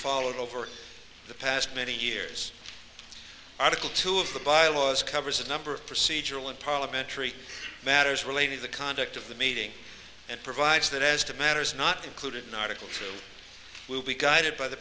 followed over the past many years article two of the bylaws covers a number of procedural and parliamentary matters relating to the conduct of the meeting and provides that as to matters not included in article guided by the